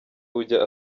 ujya